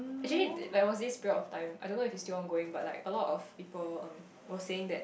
actually like there was this period of time I don't know if it's still ongoing but like a lot of people um was saying that